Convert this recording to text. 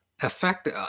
affect